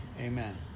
amen